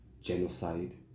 genocide